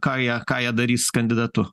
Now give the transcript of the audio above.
ką jie ką jie darys kandidatu